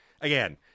again